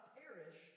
perish